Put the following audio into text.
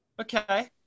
Okay